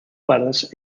pares